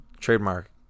Trademark